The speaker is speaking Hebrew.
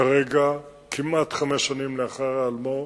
כרגע, כמעט חמש שנים לאחר היעלמו,